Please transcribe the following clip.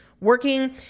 working